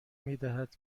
میدهد